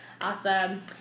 Awesome